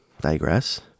digress